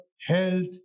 health